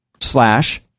slash